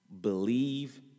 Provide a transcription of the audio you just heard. believe